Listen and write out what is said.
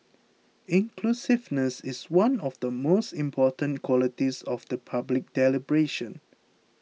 inclusiveness is one of the most important qualities of the public deliberation